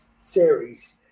series